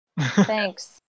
Thanks